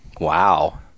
Wow